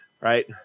right